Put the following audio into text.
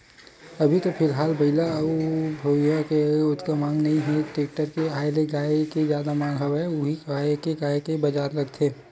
अभी तो फिलहाल बइला अउ भइसा के ओतका मांग नइ हे टेक्टर के आय ले गाय के जादा मांग हवय उही पाय के गाय के बजार लगथे